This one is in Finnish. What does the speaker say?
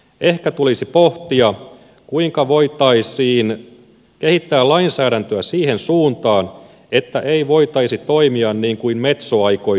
ehkä tulisi pohtia kuinka voitaisiin kehittää lainsäädäntöä siihen suuntaan että ei voitaisi toimia niin kuin metso aikoi toimia